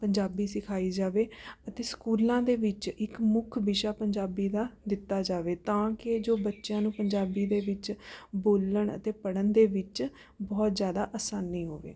ਪੰਜਾਬੀ ਸਿਖਾਈ ਜਾਵੇ ਅਤੇ ਸਕੂਲਾਂ ਦੇ ਵਿੱਚ ਇੱਕ ਮੁੱਖ ਵਿਸ਼ਾ ਪੰਜਾਬੀ ਦਾ ਦਿੱਤਾ ਜਾਵੇ ਤਾਂ ਕਿ ਜੋ ਬੱਚਿਆਂ ਨੂੰ ਪੰਜਾਬੀ ਦੇ ਵਿੱਚ ਬੋਲਣ ਅਤੇ ਪੜ੍ਹਨ ਦੇ ਵਿੱਚ ਬਹੁਤ ਜ਼ਿਆਦਾ ਆਸਾਨੀ ਹੋਵੇ